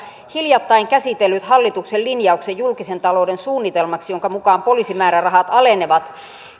hiljattain käsitellyt hallituksen linjauksen julkisen talouden suunnitelmaksi jonka mukaan poliisimäärärahat alenevat